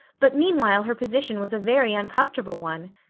but meanwhile her position was a very uncomfortable one.